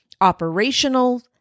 operational